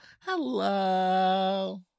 Hello